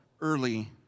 early